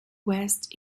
west